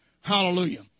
Hallelujah